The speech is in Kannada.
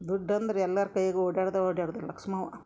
ದುಡ್ ಅಂದ್ರೆ ಎಲ್ಲಾರ ಕೈಗು ಓಡ್ಯಾಡುದ ಓಡ್ಯಾಡುದ ಲಕ್ಷ್ಮವ್ವ